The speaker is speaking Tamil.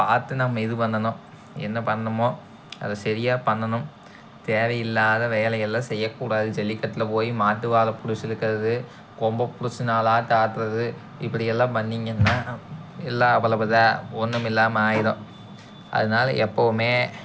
பார்த்து நம்ம இது பண்ணணும் என்ன பண்ணுமோ அதை சரியாக பண்ணணும் தேவையில்லாத வேலையெல்லாம் செய்யக்கூடாது ஜல்லிக்கட்டில் போய் மாட்டு வாலை பிடிச்சி இழுக்கறது கொம்பை பிடிச்சி நாலு ஆட்டு ஆட்டுறது இப்படி எல்லாம் பண்ணிங்கன்னால் எல்லா அவ்வளவுதான் ஒன்றுமில்லாம ஆயிடும் அதனால எப்போவுமே